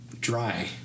Dry